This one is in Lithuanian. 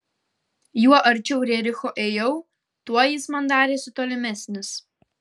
juo arčiau rericho ėjau tuo jis man darėsi tolimesnis